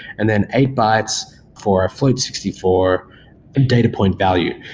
and then eight bytes for a float sixty four data point value.